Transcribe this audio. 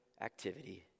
activity